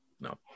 No